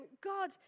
God